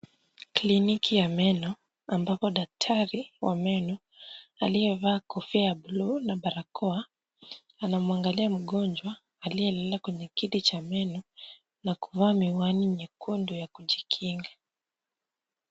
Kliniki ya meno ambapo daktari wa meno aliyevaa kofia ya bluu na barakoa anamwangalia mgonjwa aliyelala kwenye kiti cha meno na kuvaa miwani nyekundu ya kujikinga.